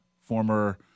former